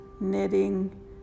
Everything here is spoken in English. knitting